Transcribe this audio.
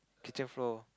kitchen floor